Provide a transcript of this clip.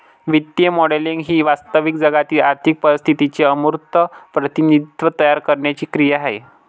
वित्तीय मॉडेलिंग ही वास्तविक जगातील आर्थिक परिस्थितीचे अमूर्त प्रतिनिधित्व तयार करण्याची क्रिया आहे